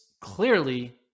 clearly